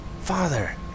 Father